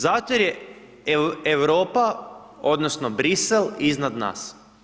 Zato jer je Europa odnosno Brisel iznad nas.